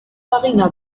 marina